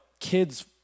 Kids